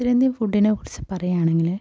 ഉത്തരേന്ത്യൻ ഫുഡിനെ കുറിച്ച് പറയുകയാണെങ്കിൽ